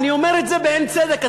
אני אומר את זה בהן צדק,